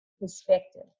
perspective